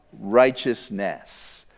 righteousness